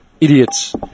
idiots